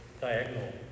diagonal